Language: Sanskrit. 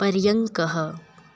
पर्यङ्कः